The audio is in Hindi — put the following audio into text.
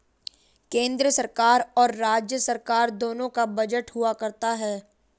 केन्द्र सरकार और राज्य सरकार दोनों का बजट हुआ करता है